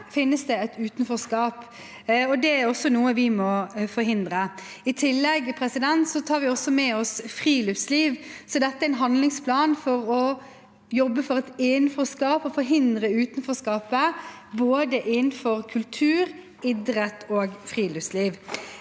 finnes det et utenforskap, og det er noe vi må forhindre. I tillegg tar vi med oss friluftsliv. Dette er en handlingsplan for å jobbe for et innenforskap og forhindre utenforskapet innenfor både kultur, idrett og friluftsliv.